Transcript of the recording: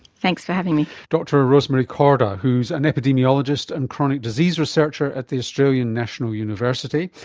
thanks for having me. dr rosemary korda, who is an epidemiologist and chronic disease researcher at the australian national university.